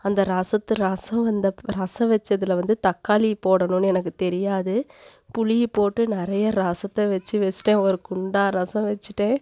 அந்த ரசத்தை ரசம் இந்த ரசம் வச்சதில் வந்து தக்காளி போடணும்னு எனக்கு தெரியாது புளியை போட்டு நிறையா ரசத்தை வச்சு வச்சிட்டேன் ஒரு குண்டான் ரசம் வச்சிட்டேன்